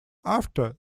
after